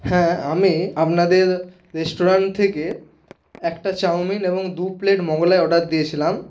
হ্যাঁ আমি আপনাদের রেস্টুরান্ট থেকে একটা চাওমিন এবং দু প্লেট মোঘলাই অর্ডার দিয়েছিলাম